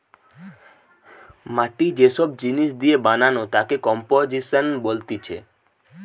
মাটি যে সব জিনিস দিয়ে বানানো তাকে কম্পোজিশন বলতিছে